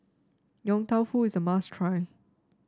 Yong Tau Foo is a must try